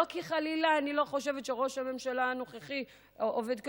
לא כי חלילה אני לא חושבת שראש הממשלה הנוכחי עובד קשה.